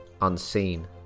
unseen